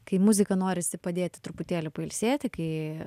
kai muziką norisi padėti truputėlį pailsėti kai